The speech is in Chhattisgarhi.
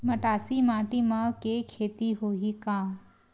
मटासी माटी म के खेती होही का?